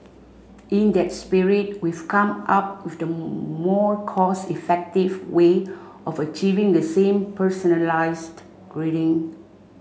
in that spirit we've come up with a more cost effective way of achieving the same personalised greeting